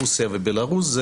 רוסיה ובלרוס,